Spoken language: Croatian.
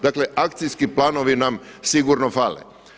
Dakle, akcijski planovi nam sigurno fale.